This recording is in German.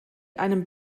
einem